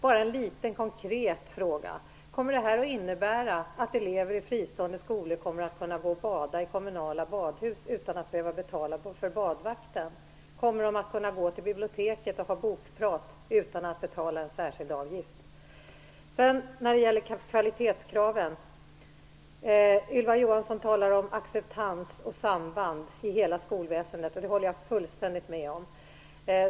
Bara en liten, konkret fråga: Kommer det här att innebära att elever i fristående skolor kommer att kunna gå och bada i kommunala badhus utan att behöva betala för badvakten? Kommer de att kunna gå till biblioteket och ha bokprat utan att betala en särskild avgift? När det gäller kvalitetskraven talar Ylva Johansson om acceptans och samband i hela skolväsendet. Det håller jag fullständigt med om.